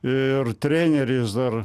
ir treneris dar